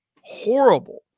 horrible